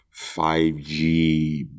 5G